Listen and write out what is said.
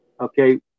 okay